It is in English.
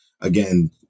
again